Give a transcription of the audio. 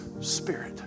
Spirit